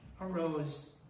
arose